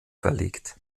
verlegt